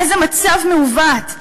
איזה מצב מעוות.